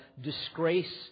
disgrace